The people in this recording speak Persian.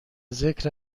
ذکر